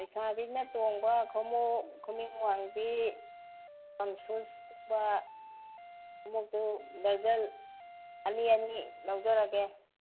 ꯂꯩꯁꯥꯕꯤꯅ ꯇꯣꯡꯕ ꯈꯣꯡꯎꯑꯞ ꯈꯨꯅꯤꯡ ꯋꯥꯡꯕꯤ ꯄꯝ ꯁꯨꯁꯀꯨꯝꯕ ꯈꯣꯡꯎꯞꯇꯨ ꯗꯔꯖꯟ ꯑꯅꯤ ꯑꯅꯤ ꯂꯧꯖꯔꯒꯦ